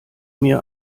mir